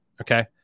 Okay